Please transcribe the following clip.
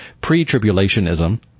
pre-tribulationism